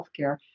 healthcare